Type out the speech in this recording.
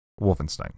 Wolfenstein